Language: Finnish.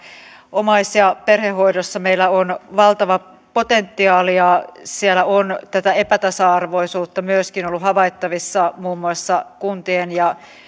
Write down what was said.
omais ja perhehoidossa meillä on valtava potentiaali siellä on myöskin tätä epätasa arvoisuutta ollut havaittavissa muun muassa kuntien ja